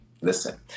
Listen